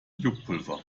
juckpulver